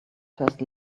first